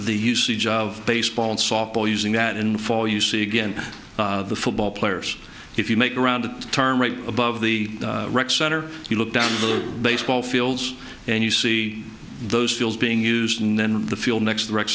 the usage of baseball and softball using that in fall you see again the football players if you make around the turn right above the rec center you look down the baseball fields and you see those fields being used and then the field next wrec